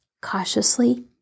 Cautiously